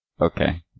Okay